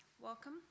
welcome